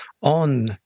on